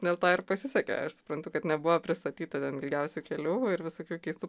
dėl to ir pasisekė aš suprantu kad nebuvo pristatyta ten ilgiausių kelių ir visokių keistų